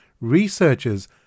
researchers